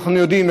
אנחנו יודעים,